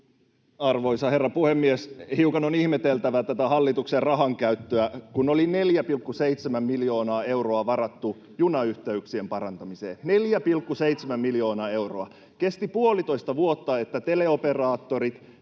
Arvoisa herra puhemies! Hiukan on ihmeteltävä tätä hallituksen rahankäyttöä, kun oli 4,7 miljoonaa euroa varattu junayhteyksien parantamiseen, [Jenna Simula: Ja mitä sillä on saatu!] 4,7 miljoonaa euroa. Kesti puolitoista vuotta, että teleoperaattorit,